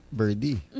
birdie